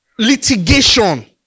Litigation